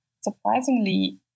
surprisingly